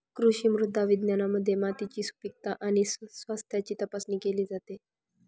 कृषी मृदा विज्ञानामध्ये मातीची सुपीकता आणि स्वास्थ्याची तपासणी केली जाते